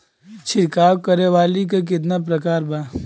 छिड़काव करे वाली क कितना प्रकार बा?